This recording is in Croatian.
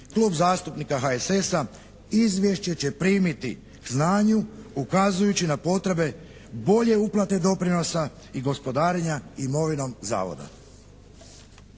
Klub zastupnika HSS-a izvješće će primiti k znanju ukazujući na potrebe bolje uplate doprinosa i gospodarenja imovinom Zavoda.